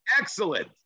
Excellent